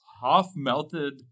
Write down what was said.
half-melted